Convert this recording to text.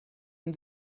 and